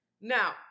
now